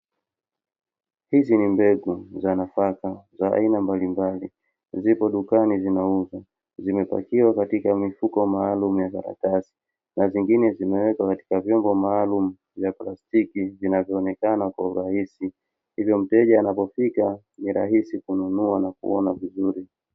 Hizi ni mbegu za nafaka za aina mbalimbali, zipo dukani zinauzwa, zimepakiwa katika mifuko maalumu ya karatasi. Na zingine zimewekwa katika vyombo maalumu vya plastiki, vinavyoonekana kwa urahisi. Hivyo mteja anapofika, ni rahisi kununua na kuona vizuri.